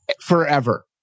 Forever